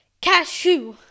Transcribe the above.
Cashew